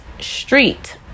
street